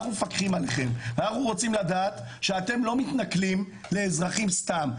אנחנו מפקחים עליכם ואנחנו רוצים לדעת שאתם לא מתנכלים לאזרחים סתם,